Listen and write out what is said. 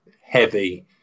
heavy